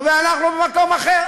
ואנחנו במקום אחר.